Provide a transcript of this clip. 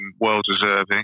well-deserving